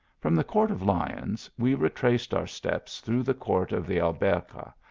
from the court of lions, we retraced our steps through the court of the alberca,